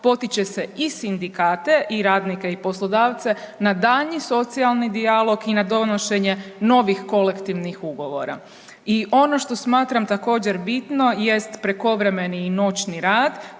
potiče se i sindikate i radnike i poslodavce na daljnji socijalni dijalog i na donošenje novih kolektivnih ugovora. I ono što smatram također bitno jest prekovremeni i noćni rad,